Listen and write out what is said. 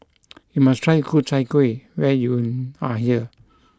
you must try Ku Chai Kuih when you are here